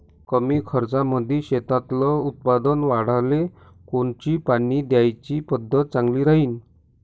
कमी खर्चामंदी शेतातलं उत्पादन वाढाले कोनची पानी द्याची पद्धत चांगली राहीन?